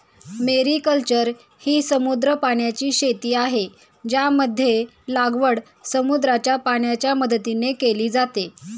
mariculture ही समुद्री पाण्याची शेती आहे, ज्यामध्ये लागवड समुद्राच्या पाण्याच्या मदतीने केली जाते